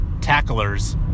tacklers